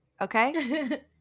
okay